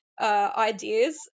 ideas